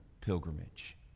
pilgrimage